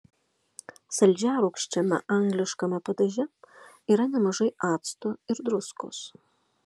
saldžiarūgščiame angliškame padaže yra nemažai acto ir druskos